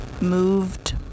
moved